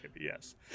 yes